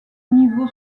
niveau